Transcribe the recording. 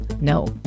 No